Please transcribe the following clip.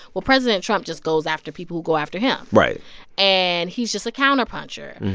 well, president trump just goes after people who go after him right and he's just a counterpuncher.